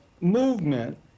movement